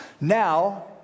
Now